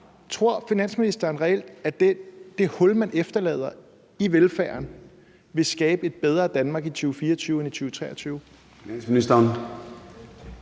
Tror finansministeren reelt, at det hul, man efterlader i velfærden, vil skabe et bedre Danmark i 2024 end i 2023?